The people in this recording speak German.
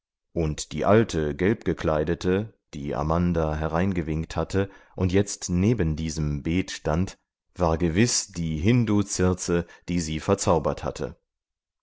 und die alte gelbgekleidete die amanda hereingewinkt hatte und jetzt neben diesem beet stand war gewiß die hindu circe die sie verzaubert hatte